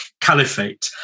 caliphate